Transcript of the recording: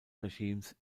regimes